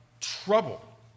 trouble